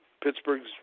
Pittsburgh's